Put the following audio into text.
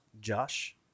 Josh